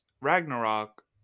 Ragnarok